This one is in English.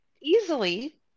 easily